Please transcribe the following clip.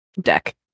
deck